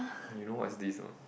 you know what is this or not